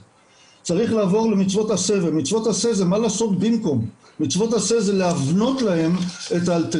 צריכים ללמוד איך להשפיע על הכיף במקום לחפש כל הזמן כיף